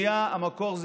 המקור הוא